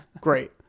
Great